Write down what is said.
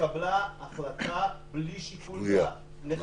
התקבלה החלטה בלי שיקול דעת, נחפזת,